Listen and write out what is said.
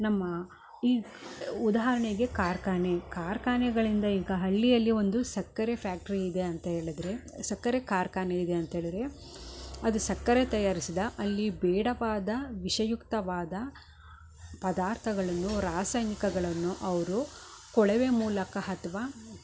ನಮ್ಮ ಈ ಉದಾಹರಣೆಗೆ ಕಾರ್ಕಾನೆ ಕಾರ್ಕಾನೆಗಳಿಂದ ಈಗ ಹಳ್ಳಿಯಲ್ಲಿ ಒಂದು ಸಕ್ಕರೆ ಫ್ಯಾಕ್ಟ್ರಿ ಇದೆ ಅಂತ ಹೇಳಿದ್ರೆ ಸಕ್ಕರೆ ಕಾರ್ಖಾನೆ ಇದೆ ಅಂತೇಳಿದರೆ ಅದು ಸಕ್ಕರೆ ತಯಾರಿಸಿದ ಅಲ್ಲಿ ಬೇಡವಾದ ವಿಷಯುಕ್ತವಾದ ಪದಾರ್ಥಗಳನ್ನು ರಾಸಾಯನಿಕಗಳನ್ನು ಅವರು ಕೊಳವೆ ಮೂಲಕ ಅಥ್ವ